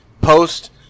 Post